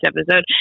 episode